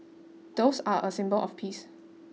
doves are a symbol of peace